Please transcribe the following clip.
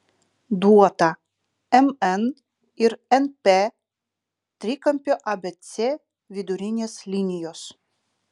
duota mn ir np trikampio abc vidurinės linijos